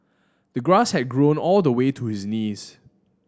the grass had grown all the way to his knees